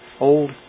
old